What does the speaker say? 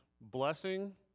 Blessing